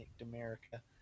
America